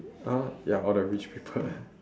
uh ya all the rich people